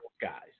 guys